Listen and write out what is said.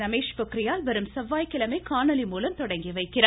ரமேஷ்பொக்கிரியால் வரும் செவ்வாய்கிழமை காணொலி மூலம் தொடங்கி வைக்கிறார்